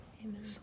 Amen